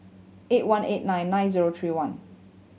six one eight nine nine zero three one